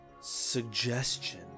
suggestion